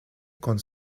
con